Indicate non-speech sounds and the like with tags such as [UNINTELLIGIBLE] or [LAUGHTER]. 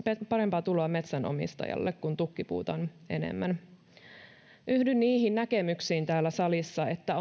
parempaa tuloa metsänomistajalle kun tukkipuuta on enemmän yhdyn niihin näkemyksiin täällä salissa että [UNINTELLIGIBLE]